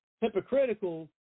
hypocritical